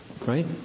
Right